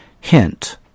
Hint